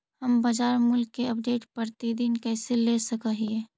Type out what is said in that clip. हम बाजार मूल्य के अपडेट, प्रतिदिन कैसे ले सक हिय?